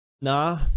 nah